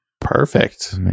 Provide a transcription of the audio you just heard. Perfect